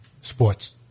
sports